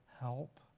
help